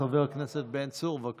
חבר הכנסת בן צור, בבקשה.